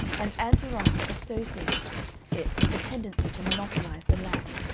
and ann veronica associated it with a tendency to monopolize the lamp,